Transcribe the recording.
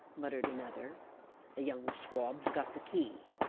muttered another the young swab's got the key.